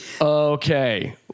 Okay